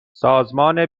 سازمان